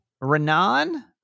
Renan